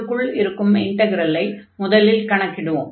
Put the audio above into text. உள்ளுக்குள் இருக்கும் இன்டக்ரலை முதலில் கணக்கிடுவோம்